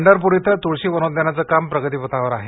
पंढरपूर इथं तुळशी वनोद्यानाचं काम प्रगतीपथावर आहे